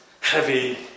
heavy